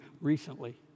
recently